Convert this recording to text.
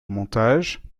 montage